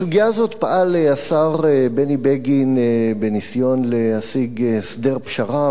בסוגיה הזאת פעל השר בני בגין בניסיון להשיג הסדר פשרה,